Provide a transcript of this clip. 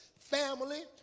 Family